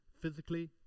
physically